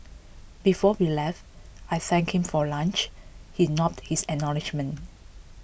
before we left I thanked him for lunch he nodded his acknowledgement